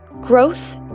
Growth